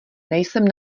nejsem